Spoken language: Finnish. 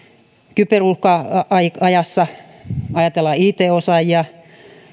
kyber uhka ajassa ajatellaan it osaajia